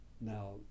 now